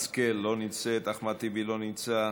השכל, לא נמצאת, אחמד טיבי, לא נמצא,